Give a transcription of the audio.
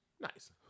nice